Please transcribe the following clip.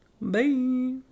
Bye